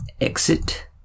Exit